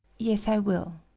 yes, i will